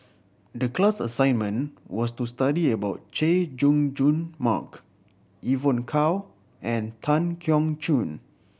the class assignment was to study about Chay Jung Jun Mark Evon Kow and Tan Keong Choon